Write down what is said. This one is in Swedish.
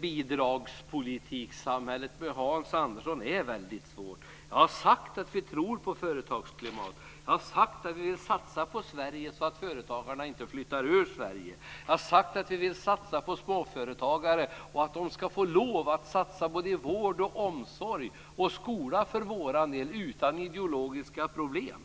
bidragspolitiksamhället med Hans Andersson är väldigt svårt. Jag har sagt att vi tror på ett bra företagsklimat. Jag har sagt att vi vill satsa på Sverige, så att företagarna inte flyttar från landet. Jag har sagt att vi vill satsa på småföretagare och att vi för vår del tycker att de ska få lov att satsa både på vård, omsorg och skola, utan ideologiska problem.